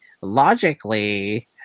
logically